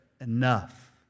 enough